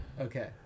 Okay